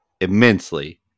immensely